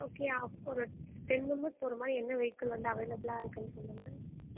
okay அப்போ ஒரு ten members போகிற மாதிரி என்ன வெஹிக்கல் வந்து அவைலபிளாக இருக்கும்னு சொல்லுங்கள்